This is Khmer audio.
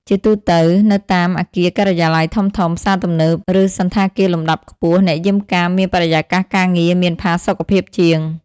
ជាទូទៅ នៅតាមអគារការិយាល័យធំៗ ផ្សារទំនើបទំនើប ឬសណ្ឋាគារលំដាប់ខ្ពស់ អ្នកយាមកាមមានបរិយាកាសការងារមានផាសុកភាពជាង។